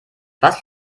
was